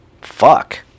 fuck